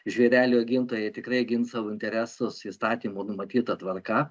žvėrelių augintojai tikrai gins savo interesus įstatymų numatyta tvarka